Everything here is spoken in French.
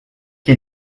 qui